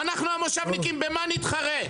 אנחנו המושבניקים במה נתחרה?